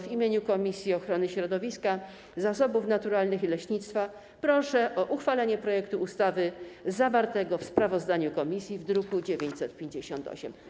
W imieniu Komisji Ochrony Środowiska, Zasobów Naturalnych i Leśnictwa proszę o uchwalenie projektu ustawy zawartego w sprawozdaniu komisji w druku nr 958.